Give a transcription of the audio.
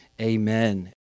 amen